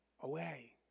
away